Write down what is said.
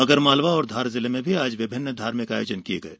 आगरमालवा और धार जिले में आज विभिन्न धार्मिक आयोजन किये गये